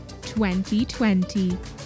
2020